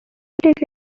guilty